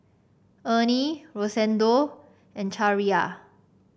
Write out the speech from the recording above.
Ernie Rosendo and